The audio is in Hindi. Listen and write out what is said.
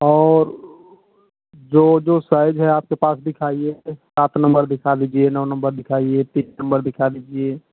और जो जो साइज़ है आपके पास दिखाइए सात नम्बर दिखा दीजिए नऊ नम्बर दिखाइए तीस नम्बर दिखा दीजिए